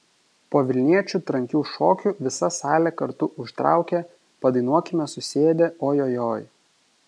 po vilniečių trankių šokių visa salė kartu užtraukė padainuokime susėdę o jo joj